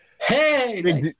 Hey